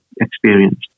experience